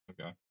Okay